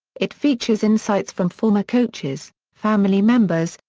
it features insights from former coaches, family members,